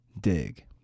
Dig